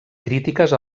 crítiques